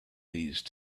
these